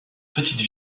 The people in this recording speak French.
petite